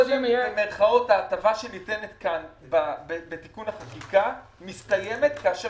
ההטבה שניתנת כאן בתיקון החקיקה מסתיימת כאשר